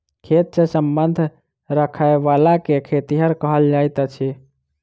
खेत सॅ संबंध राखयबला के खेतिहर कहल जाइत अछि